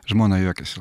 žmona juokiasi